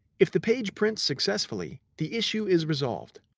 if the page prints successfully, the issue is resolved.